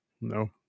no